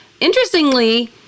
interestingly